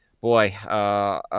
boy